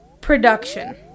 production